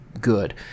good